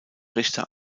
richter